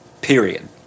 Period